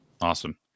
Awesome